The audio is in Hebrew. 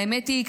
האמת היא,